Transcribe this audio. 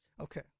Okay